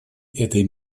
этой